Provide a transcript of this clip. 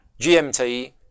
GMT